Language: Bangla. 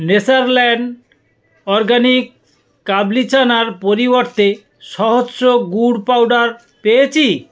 নেচারল্যান্ড অরগ্যানিক্স কাবলি চানার পরিবর্তে সহস্র গুড় পাউডার পেয়েছি